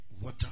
water